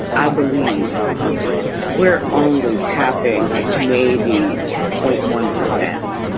i believe we're only tapping like maybe point one percent.